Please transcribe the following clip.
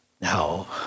Now